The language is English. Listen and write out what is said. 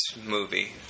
movie